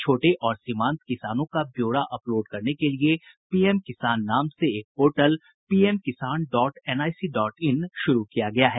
छोटे और सीमांत किसानों का ब्यौरा अपलोड करने के लिए पीएम किसान नाम से एक portal PM Kisan dot NIC dot in शुरू किया गया है